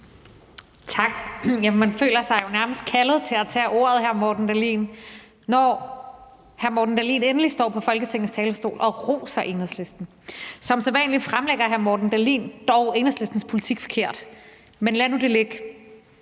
Tak. Man føler sig jo nærmest kaldet til at tage ordet, hr. Morten Dahlin, når hr. Morten Dahlin endelig står på Folketingets talerstol og roser Enhedslisten. Som sædvanlig fremlægger hr. Morten Dahlin dog Enhedslistens politik forkert, men lad nu det ligge.